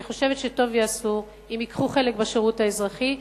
אני חושבת שטוב יעשו אם ייקחו חלק בשירות האזרחי,